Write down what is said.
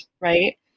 Right